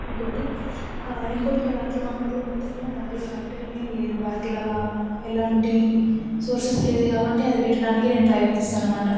ఇంకొకటి ఇంకోటి మా దాంట్లో మా ఊర్లో మొత్తములో బ్యాగ్ల ఫ్యాక్టరీనే లేదు బ్యాగ్ల ఎలాంటి సోర్సెస్ లేదు కాబట్టి అది పెట్టడనికే నేను ప్రయత్నిస్తాను అన్నమాట